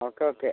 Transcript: okay okay